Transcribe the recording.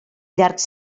llarg